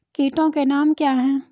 कीटों के नाम क्या हैं?